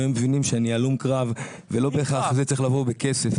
אם היו מבינים שאני הלום קרב ולא בהכרח זה צריך לבוא בכסף,